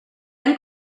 han